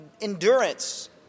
endurance